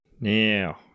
Now